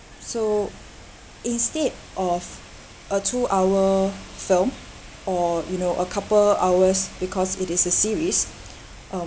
so instead of a two hour film or you know a couple hours because it is a series um